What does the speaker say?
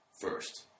first